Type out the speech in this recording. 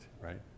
right